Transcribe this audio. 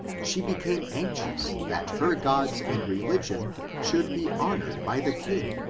she became anxious that her gods and religion should be honored by the king,